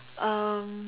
um